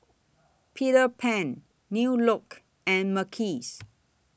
Peter Pan New Look and Mackays